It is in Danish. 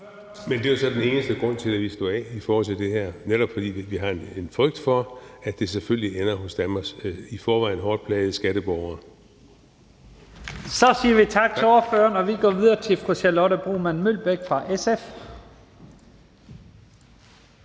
Det er jo så den eneste grund til, at vi stod af i forhold til det her. Det er netop, fordi vi har en frygt for, at det selvfølgelig ender hos Danmarks i forvejen hårdt plagede skatteborgere. Kl. 12:45 Første næstformand (Leif Lahn Jensen): Så siger vi tak til ordføreren, og vi går videre til fru Charlotte Broman Mølbæk fra SF.